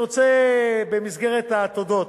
במסגרת התודות,